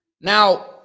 Now